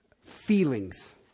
feelings